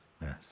Yes